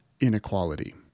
inequality